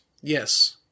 Yes